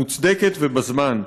מוצדקת ובזמן.